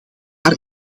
paar